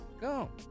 Go